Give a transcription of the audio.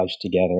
together